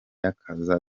akaza